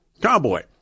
Cowboy